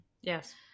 yes